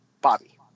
Bobby